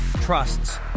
trusts